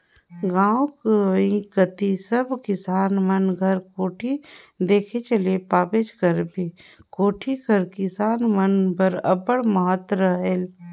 गाव गंवई कती सब किसान मन घर कोठी देखे ले पाबेच करबे, कोठी कर किसान मन बर अब्बड़ महत रहेल